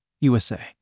USA